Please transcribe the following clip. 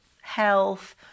health